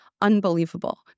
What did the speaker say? unbelievable